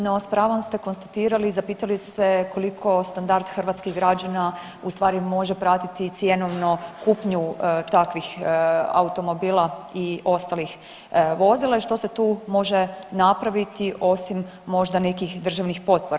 No s pravom ste konstatirali i zapitali se koliko standard hrvatskih građana u stvari može pratiti cjenovno kupnju takvih automobila i ostalih vozila i što se tu može napraviti osim možda nekih državnih potpora.